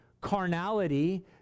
carnality